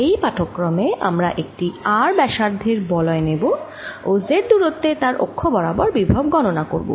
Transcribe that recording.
এই পাঠক্রমে আমরা একটি r ব্যসার্ধের বলয় নেব ও z দুরত্বে তার অক্ষ বরাবর বিভব গণনা করব